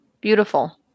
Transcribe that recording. Beautiful